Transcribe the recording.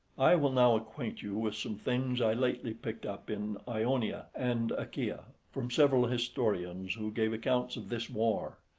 i will now acquaint you with some things i lately picked up in ionia and achaia, from several historians, who gave accounts of this war.